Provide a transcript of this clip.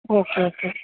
okay okay